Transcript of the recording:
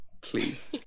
please